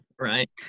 right